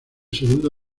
segundo